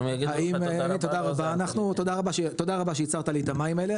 האם תודה רבה שייצרת לי את המים האלה,